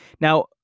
Now